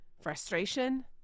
frustration